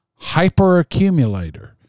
hyperaccumulator